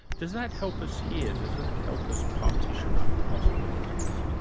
does that help us here, does that help us partition up the possibilities?